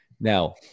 Now